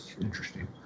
Interesting